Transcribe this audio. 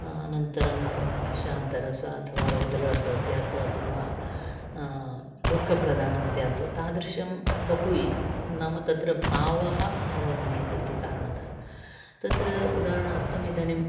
अनन्तरं शान्तरसः अथवा रौद्ररसः स्यात् अथवा दुःखप्रधानं स्यात् तादृशं बहु इ नाम तत्र भावः अवगम्यते इति कारणतः तत्र उदाहरणार्थम् इदानीं